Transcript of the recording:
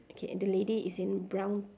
okay and the lady is in brown